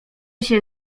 się